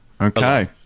Okay